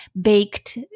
baked